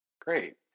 Great